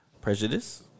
prejudice